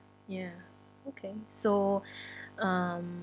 ya okay so um